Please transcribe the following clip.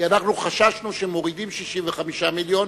כי אנחנו חששנו שמורידים 65 מיליון,